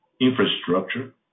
infrastructure